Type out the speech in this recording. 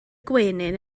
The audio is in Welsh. gwenyn